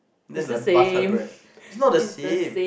that's like butter bread it's not the same